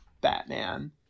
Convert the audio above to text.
batman